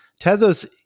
Tezos